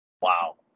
Wow